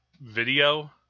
video